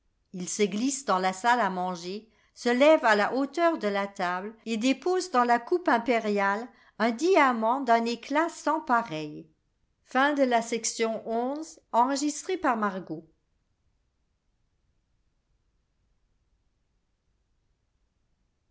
il se glisse dans la salle à manger se lève à la hauteur de la table et dépose dans la cou e impériale un diamant d'un éclat sans pareil